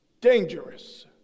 dangerous